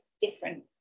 different